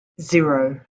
zero